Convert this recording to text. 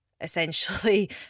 essentially